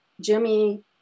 Jimmy